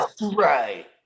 right